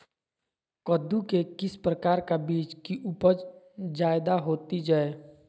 कददु के किस प्रकार का बीज की उपज जायदा होती जय?